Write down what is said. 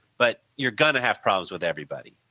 but you are going to have problems with everybody.